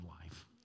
life